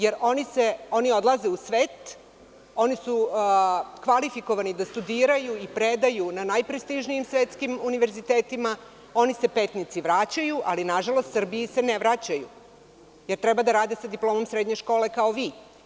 Jer oni odlaze u svet, oni su kvalifikovani da studiraju i predaju na najprestižnijim svetskim univerzitetima, oni se Petnici vraćaju, ali nažalost Srbiji se ne vraćaju, jer treba da rade sa diplomom srednje škole kao vi.